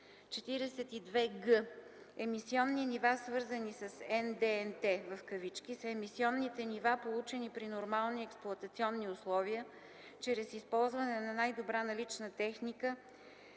42г. „Емисионни нива, свързани с НДНТ” са емисионните нива, получени при нормални експлоатационни условия чрез използване на най-добра налична техника